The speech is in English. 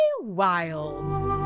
wild